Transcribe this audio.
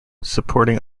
supporting